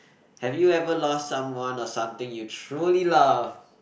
have you ever lost someone or something you truly love